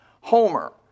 Homer